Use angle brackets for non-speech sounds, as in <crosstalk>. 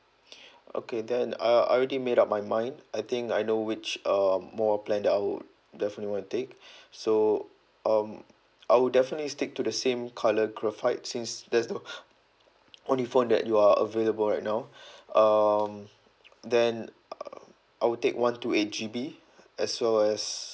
okay then uh I already made up my mind I think I know which uh mobile plan that I would definitely want to take so um I would definitely stick to the same colour graphite since that's the <breath> only phone that you are available right now um then uh I will take one two eight G_B as well as